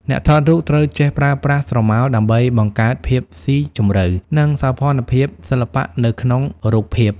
អ្នកថតរូបត្រូវចេះប្រើប្រាស់ស្រមោល ដើម្បីបង្កើតភាពស៊ីជម្រៅ និងសោភ័ណភាពសិល្បៈនៅក្នុងរូបភាព។